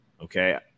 Okay